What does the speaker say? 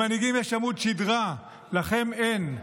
למנהיגים יש עמוד שדרה, לכם אין.